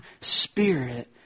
Spirit